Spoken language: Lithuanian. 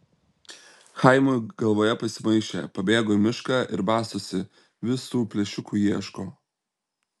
chaimui galvoje pasimaišė pabėgo į mišką ir bastosi vis tų plėšikų ieško